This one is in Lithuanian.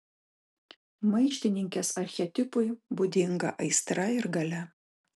maištininkės archetipui būdinga aistra ir galia